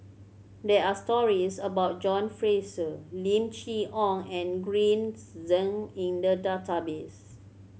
there are stories about John Fraser Lim Chee Onn and Green Zeng in the database